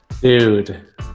Dude